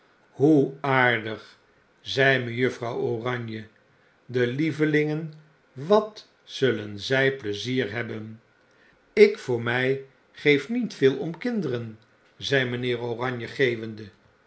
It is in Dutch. hoe aardig zei mejuffrouw oranje de lievelingen wat zullen zg pleizier hebben ik voor mg geef niet veel om kinderen zei mgnheer oranje geeuwende